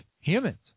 humans